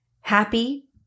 happy